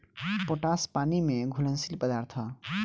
potash पानी में घुलनशील पदार्थ ह